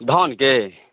धानके